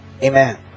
Amen